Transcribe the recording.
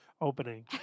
opening